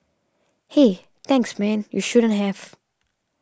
hey thanks man you shouldn't have